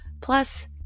Plus